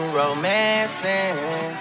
romancing